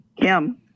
Kim